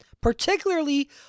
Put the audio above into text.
Particularly